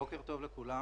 בוקר טוב לכולם.